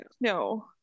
No